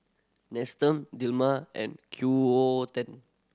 Nestum Dilmah and Q O O ten